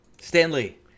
Stanley